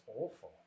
awful